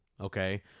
okay